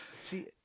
see